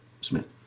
Smith